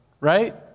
right